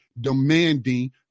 demanding